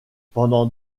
pendant